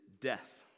death